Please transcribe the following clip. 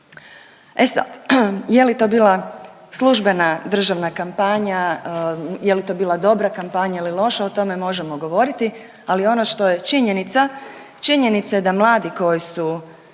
E sad je li to bila službena državna kampanja, je li to bila dobra kampanja ili loša o tome možemo govoriti, ali ono što je činjenica, činjenica je da mladi koji su